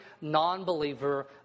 non-believer